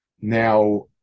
Now